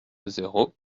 zéro